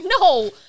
No